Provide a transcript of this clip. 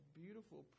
beautiful